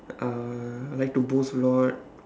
uh like to boast a lot